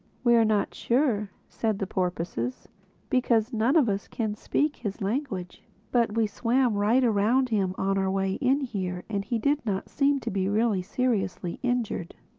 we're not sure, said the porpoises because none of us can speak his language. but we swam right around him on our way in here, and he did not seem to be really seriously injured.